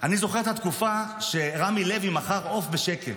אני זוכר את התקופה שרמי לוי מכר עוף בשקל,